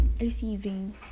receiving